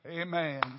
Amen